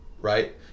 right